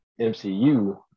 MCU